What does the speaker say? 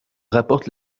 rapporte